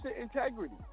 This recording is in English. integrity